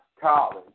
college